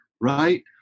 right